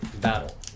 battle